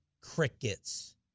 Crickets